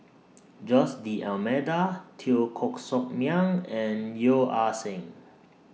Jose D'almeida Teo Koh Sock Miang and Yeo Ah Seng